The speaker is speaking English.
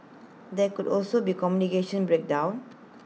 there could also be A communication breakdown